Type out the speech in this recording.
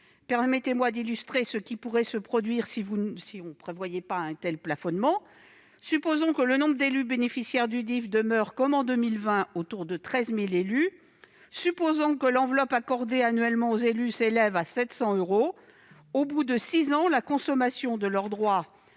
Permettez-moi d'illustrer ce qui pourrait se produire si vous ne prévoyez pas un tel plafonnement. Supposons que le nombre d'élus bénéficiaire du DIFE demeure, comme en 2020, autour de 13 000 élus et que l'enveloppe accordée annuellement aux élus s'élève à 700 euros. Au bout de six ans, la consommation des droits